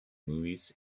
movies